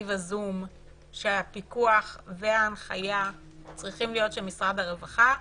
וסביב הזום שהפיקוח וההנחיה צריכים להיות של משרד הרווחה,